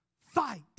fight